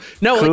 No